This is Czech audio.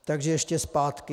Takže ještě zpátky.